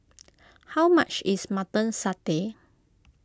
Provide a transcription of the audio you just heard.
how much is Mutton Satay